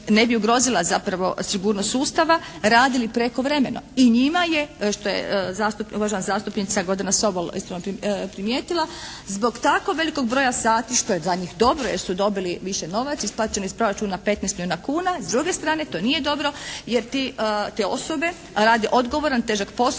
ne bi ugrozila zapravo sigurnost sustava radili prekovremeno i njima je što je uvažena zastupnica Gordana Sobol ispravno primijetila, zbog tako velikog broja sati što je za njih dobro jer su dobili više novaca isplaćeno iz proračuna 15 milijuna kuna, s druge strane to nije dobro jer te osobe rade odgovoran i težak posao